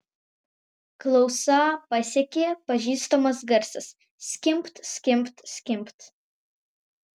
klausą pasiekė pažįstamas garsas skimbt skimbt skimbt